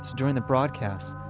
during the broadcast,